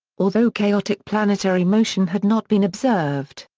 although chaotic planetary motion had not been observed,